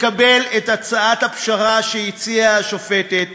לקבל את הצעת הפשרה שהציעה השופטת,